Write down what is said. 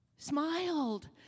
smiled